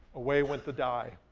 away with the dye.